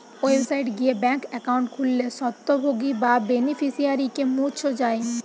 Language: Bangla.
ওয়েবসাইট গিয়ে ব্যাঙ্ক একাউন্ট খুললে স্বত্বভোগী বা বেনিফিশিয়ারিকে মুছ যায়